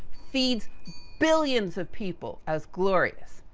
feeds billions of people as glorious.